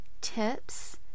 tips